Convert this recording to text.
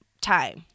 time